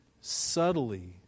subtly